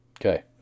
Okay